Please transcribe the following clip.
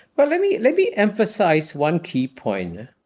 well, let me let me emphasize one key point.